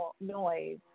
noise